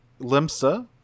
Limsa